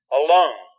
alone